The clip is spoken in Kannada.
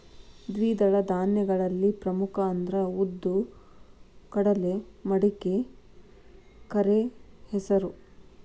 ದ್ವಿದಳ ಧಾನ್ಯಗಳಲ್ಲಿ ಪ್ರಮುಖ ಅಂದ್ರ ಉದ್ದು, ಕಡಲೆ, ಮಡಿಕೆ, ಕರೆಹೆಸರು